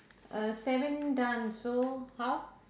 err seven done so how